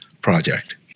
project